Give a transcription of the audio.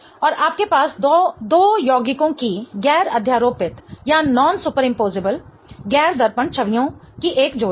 और आपके पास दो यौगिकों की गैर अध्यारोपित गैर दर्पण छवियों की एक जोड़ी है